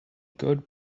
good